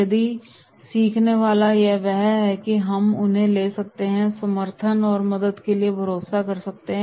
यदि सीखने वाला वह है और तब हम उन्हें ले जा सकते हैं और समर्थन और मदद के लिए भरोसा कर सकते हैं